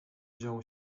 działo